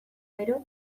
gero